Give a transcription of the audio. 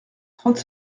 trente